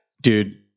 Dude